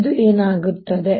ಈಗ ಏನಾಗುತ್ತಿದೆ